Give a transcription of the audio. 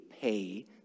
pay